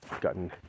gotten